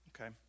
okay